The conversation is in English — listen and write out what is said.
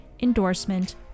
endorsement